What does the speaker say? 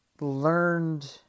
learned